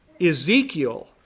Ezekiel